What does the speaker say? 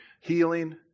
Healing